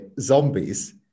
zombies